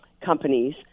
companies